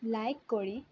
like কৰি